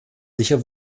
sicher